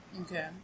Okay